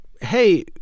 hey